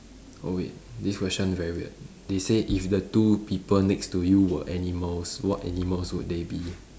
oh wait this question very weird they say if the two people next to you were animals what animals would they be